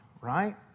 right